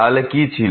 তাহলে কি ছিল